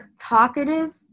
talkative